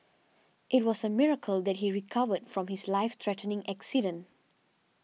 it was a miracle that he recovered from his life threatening accident